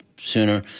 sooner